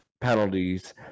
penalties